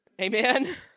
Amen